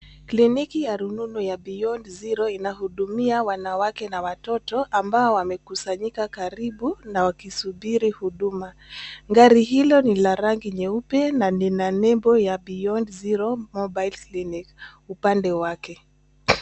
Kliniki ya rununu ya (cs)beyond zero (cs) anahudumia wanawake na watoto ambao wamekusanyika karibu na wakisubiri huduma. Gari hilio na la rangi nyeupe na lina nebo ya (cs)beyond zero mobile clinic(cs) upande wake.